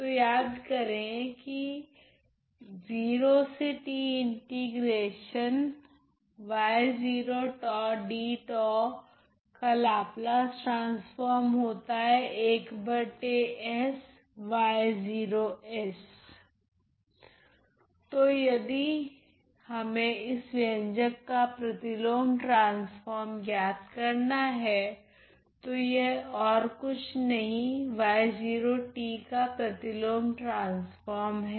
तो याद करे कि तो यदि हमे इस व्यंजक का प्रतिलोम ट्रांसफोर्म ज्ञात करना है तो यह ओर कुछ नहीं y0 का प्रतिलोम ट्रांसफोर्म हैं